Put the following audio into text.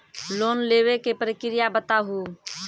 Loan लेवे के प्रक्रिया बताहू?